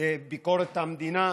ביקורת המדינה.